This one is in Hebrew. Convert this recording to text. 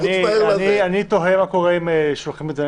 אני תוהה מה קורה לגבי השליחה,